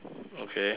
okay